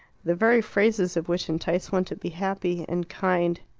the very phrases of which entice one to be happy and kind.